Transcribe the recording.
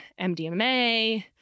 MDMA